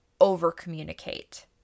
over-communicate